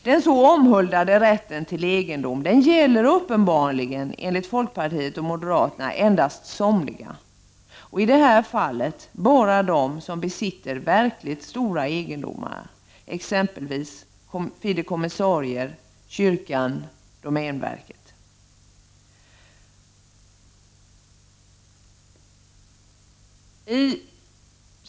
Den så omhuldade rätten till egendom gäller uppenbarligen enligt folkpartiet och moderaterna endast för somliga. I det här fallet gäller det bara dem som besitter väldigt stora egendomar, exempelvis fideikommissarier, kyrkan och domänverket.